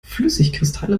flüssigkristalle